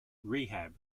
rehab